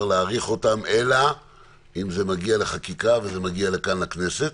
להאריך אותם אלא אם זה מגיע לחקיקה וזה מגיע לכאן לכנסת.